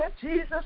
Jesus